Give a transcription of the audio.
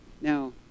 Now